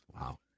Wow